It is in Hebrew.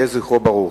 יהיה זכרו ברוך.